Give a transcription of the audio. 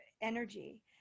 energy